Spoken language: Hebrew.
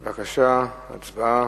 בבקשה, הצבעה.